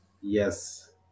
Yes